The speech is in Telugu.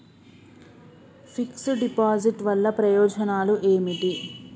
ఫిక్స్ డ్ డిపాజిట్ వల్ల ప్రయోజనాలు ఏమిటి?